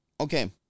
okay